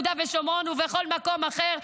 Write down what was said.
ביהודה ושומרון ובכל מקום אחר.